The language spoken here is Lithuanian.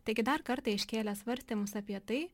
taigi dar kartą iškėlė svarstymus apie tai